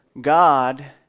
God